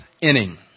inning